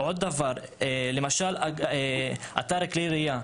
למשל, אתר כלי ירייה.